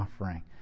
offering